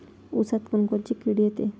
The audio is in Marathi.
ऊसात कोनकोनची किड येते?